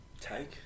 take